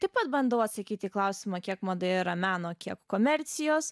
taip pat bandau atsakyti į klausimą kiek madoje yra meno kiek komercijos